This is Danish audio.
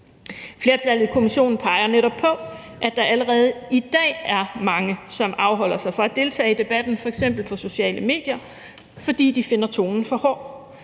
Flertallet i kommissionen peger netop på, at der allerede i dag er mange, som afholder sig fra at deltage i debatten, f.eks. på sociale medier, fordi de finder tonen for hård,